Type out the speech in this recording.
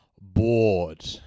bored